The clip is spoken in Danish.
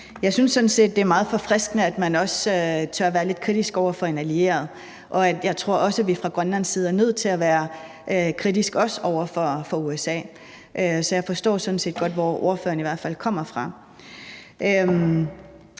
set, det er meget forfriskende, at man også tør være lidt kritisk over for en allieret, og jeg tror også, at vi fra Grønlands side er nødt til at være kritiske over for USA. Så jeg forstår sådan set godt, i hvert fald hvor